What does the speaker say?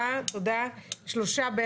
הצבעה בעד, 3 נגד, אין נמנעים, אין שלושה בעד.